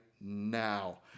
now